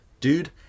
dude